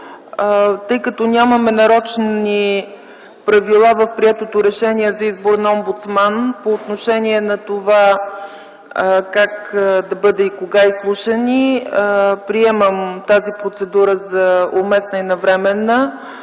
Тъй като нямаме нарочни правила в приетото Решение за избор на омбудсман по отношение на това как и кога да бъдат изслушани кандидатите, приемам тази процедура за уместна и навременна.